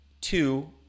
two